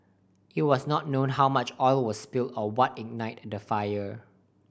it was not known how much oil was spilled or what ignited the fire